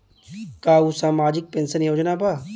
का उ सामाजिक पेंशन योजना बा?